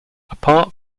apart